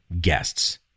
guests